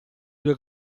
due